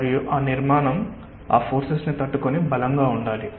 మరియు నిర్మాణం ఆ ఫోర్సెస్ ని తట్టుకొని బలంగా ఉండాలి